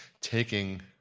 taking